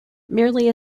merely